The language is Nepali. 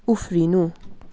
उफ्रिनु